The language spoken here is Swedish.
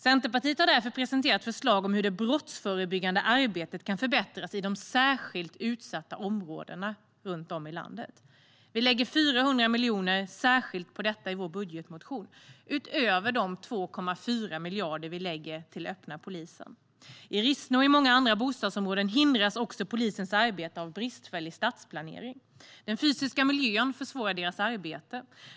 Centerpartiet har därför presenterat förslag om hur det brottsförebyggande arbetet kan förbättras i de särskilt utsatta områdena runt om i landet. Vi lägger 400 miljoner särskilt på detta i vår budgetmotion, utöver de 2,4 miljarder vi lägger på den öppna polisen. I Rissne och i många andra bostadsområden hindras polisens arbete av bristfällig stadsplanering. Den fysiska miljön försvårar deras arbete.